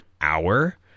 hour